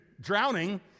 drowning